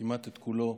כמעט את כולו,